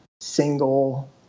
single